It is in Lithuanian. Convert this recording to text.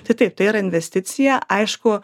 tai taip tai yra investicija aišku